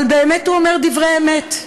אבל באמת הוא אומר דברי אמת.